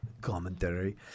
commentary